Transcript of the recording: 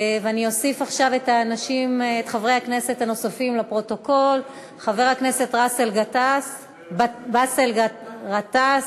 ואני אוסיף עכשיו לפרוטוקול את חבר הכנסת באסל גטאס,